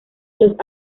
los